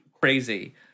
crazy